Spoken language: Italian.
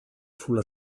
sulla